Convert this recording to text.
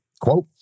Quote